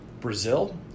Brazil